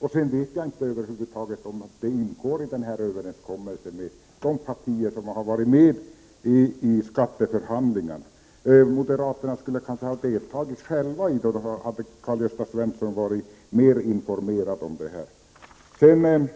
Jag vet inte heller om frågan om avdragsrätt för mangårdsbyggnader finns med i den överenskommelse som har träffats mellan partierna. Om moderaterna hade deltagit i skatteförhandlingarna hade Karl Gösta Svenson varit bättre informerad. Så till